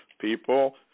People